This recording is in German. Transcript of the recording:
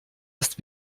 ist